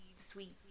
sweet